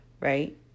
right